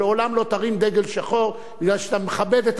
אבל לעולם לא תרים דגל שחור מכיוון שאתה מכבד את